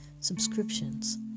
subscriptions